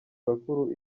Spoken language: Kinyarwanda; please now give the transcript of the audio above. bakuru